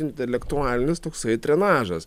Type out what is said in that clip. intelektualinis toksai drenažas